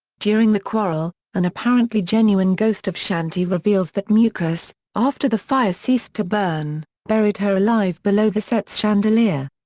during the quarrel, an apparently-genuine ghost of shanti reveals that mukesh, after the fire ceased to burn, buried her alive below the set's chandelier.